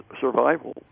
survival